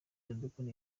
iradukunda